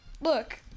Look